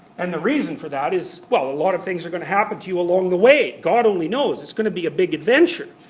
and the reason for that is, well a lot of things are going to happen to you along the way. god only knows. it's going to be a big adventure.